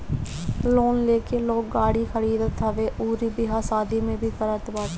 loan लेके लोग गाड़ी खरीदत हवे अउरी बियाह शादी भी करत बाटे